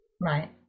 Right